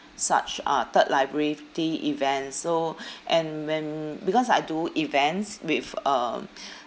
such uh third liability event so and when because I do events with um